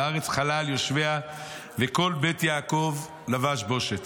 והארץ חלה על יושביה וכל בית יעקב לבש בושת".